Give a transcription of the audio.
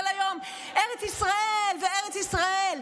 כל היום ארץ ישראל וארץ ישראל,